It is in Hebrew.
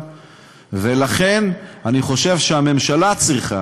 ולכן אני חושב שהממשלה צריכה,